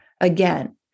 again